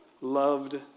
loved